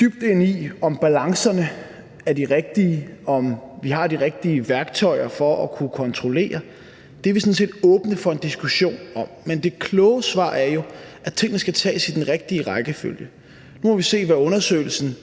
dybt ind i, om balancerne er de rigtige, og om vi har de rigtige værktøjer til at kunne kontrollere. Det er vi sådan set åbne for en diskussion om. Men det kloge svar er jo, at tingene skal tages i den rigtige rækkefølge. Nu må vi se, hvad undersøgelsen